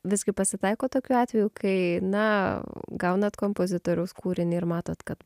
visgi pasitaiko tokių atvejų kai na gaunat kompozitoriaus kūrinį ir matot kad